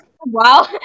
wow